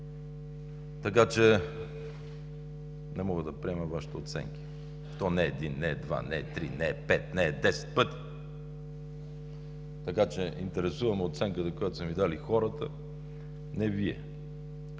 така че не мога да приема Вашите оценки. То не е един, не е два, не е три, не е пет, не е десет пъти. Така че – интересува ме оценката, която са ми дали хората – не Вие.